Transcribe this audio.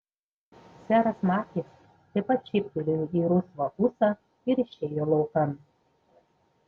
seras machis taip pat šyptelėjo į rusvą ūsą ir išėjo laukan